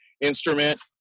instrument